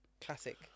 classic